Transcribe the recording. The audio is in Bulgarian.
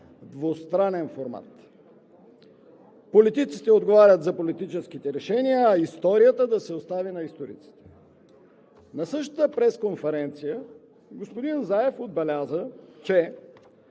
двустранен формат – политиците отговарят за политическите решения, а историята да се остави на историците. На същата пресконференция господин Заев отбеляза, че